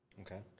Okay